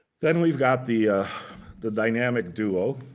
then we've got the the dynamic due